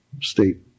state